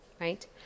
right